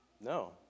No